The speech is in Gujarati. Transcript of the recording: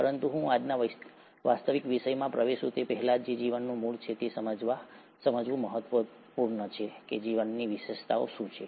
પરંતુ હું આજના વાસ્તવિક વિષયમાં પ્રવેશું તે પહેલાં જે જીવનનું મૂળ છે તે સમજવું મહત્વપૂર્ણ છે કે જીવનની વિશેષતાઓ શું છે